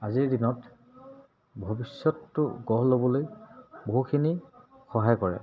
আজিৰ দিনত ভৱিষ্যতটো গঢ় ল'বলৈ বহুখিনি সহায় কৰে